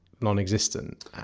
non-existent